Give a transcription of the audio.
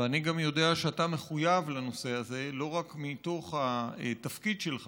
ואני גם יודע שאתה מחויב לנושא הזה לא רק מתוקף התפקיד שלך